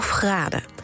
graden